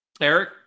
Eric